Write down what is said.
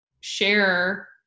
share